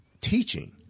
teaching